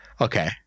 Okay